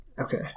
Okay